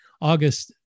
August